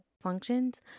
functions